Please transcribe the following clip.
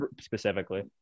specifically